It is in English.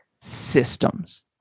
systems